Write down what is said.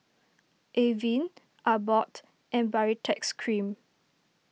Avene Abbott and Baritex Cream